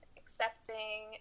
accepting